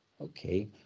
Okay